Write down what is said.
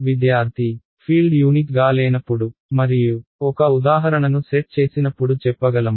విద్యార్థి field unique గా లేనప్పుడు మరియు ఒక ఉదాహరణను సెట్ చేసినప్పుడు చెప్పగలమా